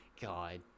God